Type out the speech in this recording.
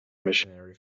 missionary